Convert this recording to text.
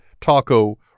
taco